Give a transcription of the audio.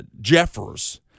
Jeffers